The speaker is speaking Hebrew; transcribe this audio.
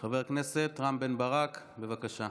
חבר הכנסת רם בן ברק, בבקשה.